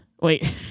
Wait